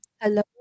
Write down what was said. Hello